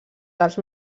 dels